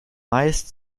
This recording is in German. meist